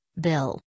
Bill